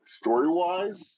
story-wise